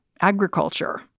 agriculture